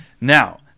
Now